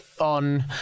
on